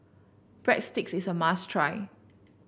breadsticks is a must try